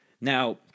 Now